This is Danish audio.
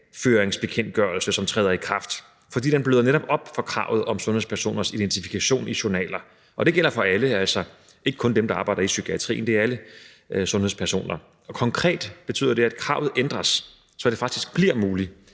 journalføringsbekendtgørelse, som træder i kraft pr. 1. juli 2021. For den bløder netop op for kravet om sundhedspersoners identifikation i journaler, og det gælder for alle, altså ikke kun dem, der arbejder i psykiatrien, men alle sundhedspersoner. Konkret betyder det, at kravet ændres, så det faktisk bliver muligt